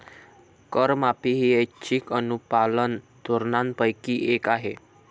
करमाफी ही ऐच्छिक अनुपालन धोरणांपैकी एक आहे